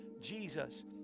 Jesus